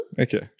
Okay